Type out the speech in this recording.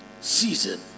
season